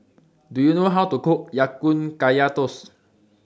Do YOU know How to Cook Ya Kun Kaya Toast